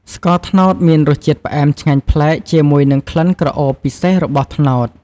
ស្ករត្នោតមានរសជាតិផ្អែមឆ្ងាញ់ប្លែក ជាមួយនឹងក្លិនក្រអូបពិសេសរបស់ត្នោត។